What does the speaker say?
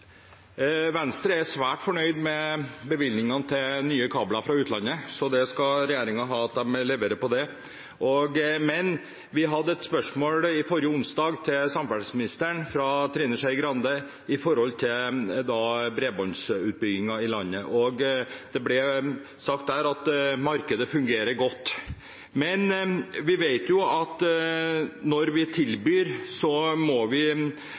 utlandet, så det skal regjeringen ha, at de leverer på det. Vi hadde et spørsmål forrige onsdag til samferdselsministeren fra Trine Skei Grande om bredbåndsutbyggingen i landet, og det ble sagt da at markedet fungerer godt. Men vi vet at når vi tilbyr digitalisering, må det forutsettes at vi